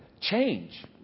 change